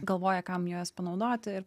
galvoja kam juos panaudoti ir